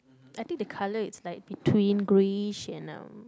I think the colour is like between greyish and um